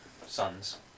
sons